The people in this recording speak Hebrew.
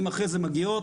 והן אחרי זה מגיעות,